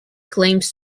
claims